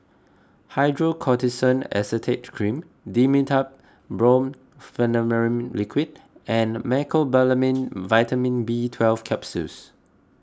Hydrocortisone Acetate Cream Dimetapp Brompheniramine Liquid and Mecobalamin Vitamin B Twelve Capsules